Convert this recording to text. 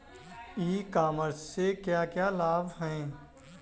ई commerce से क्या क्या लाभ हैं?